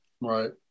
right